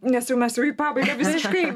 nes jau mes jau į pabaigą visiškai